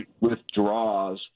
withdraws